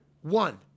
One